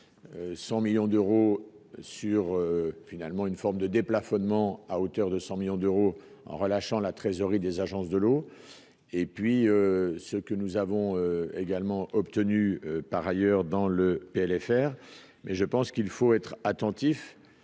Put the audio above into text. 100 millions d'euros sur finalement une forme de déplafonnement à hauteur de 100 millions d'euros en relâchant la trésorerie des agences de l'eau et puis ce que nous avons également obtenu par ailleurs dans le PLFR mais je pense qu'il faut être attentif